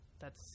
that's-